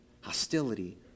Hostility